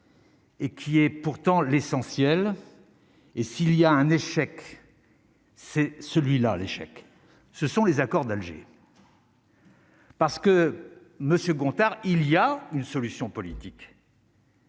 Et qui est pourtant l'essentiel et s'il y a un échec. C'est celui-là : l'échec, ce sont les accords d'Alger. Parce que Monsieur Gontard, il y a une solution politique.